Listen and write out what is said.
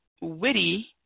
witty